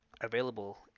available